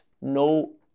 no